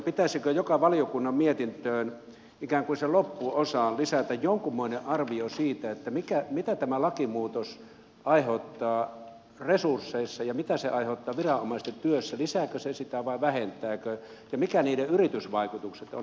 pitäisikö joka valiokunnan mietintöön ikään kuin sen loppuosaan lisätä jonkunmoinen arvio siitä mitä lakimuutos aiheuttaa resursseissa ja mitä se aiheuttaa viranomaisten työssä lisääkö se sitä vai vähentääkö ja mitkä niiden yritysvaikutukset ovat